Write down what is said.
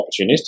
opportunistic